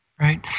Right